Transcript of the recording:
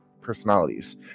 personalities